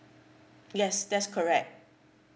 yes that's correct